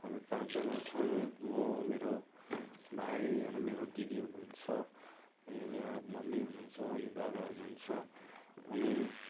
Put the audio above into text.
हामी पाँचजना छन् म मेरो भाइ अनि मेरो दिदी हुनुहुन्छ अनि मेरो मम्मी हुनुहुन्छ अनि बाबा हुनुहुन्छ अनि